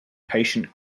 patient